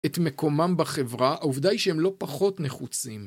את מקומם בחברה העובדה היא שהם לא פחות נחוצים